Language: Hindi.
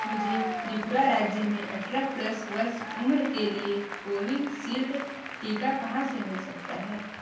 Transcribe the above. मुझे त्रिपुरा राज्य में अठारह प्लस वर्ष उम्र के लिए कोविशील्ड टीका कहाँ से मिल सकता है